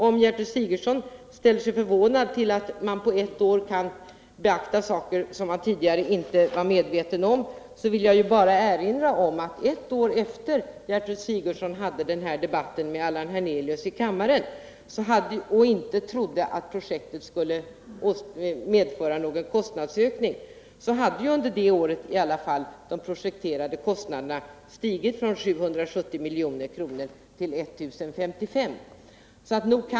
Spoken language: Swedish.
Om Gertrud Sigurdsen är förvånad över att man efter ett år kan uppmärksamma förhållanden som man tidigare inte var medveten om vill jag bara erinra om att ett år efter att Gertrud Sigurdsen hade debatten med Allan Hernelius i kammaren och inte trodde att projektet skulle medföra någon kostnadsökning, så steg under det året de projekterade kostnaderna från 770 milj.kr. till I OSS milj.kr.